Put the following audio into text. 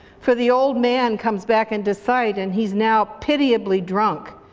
for the old man comes back into sight and he's now pitiably drunk,